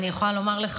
אני יכולה לומר לך